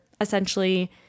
essentially